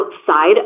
outside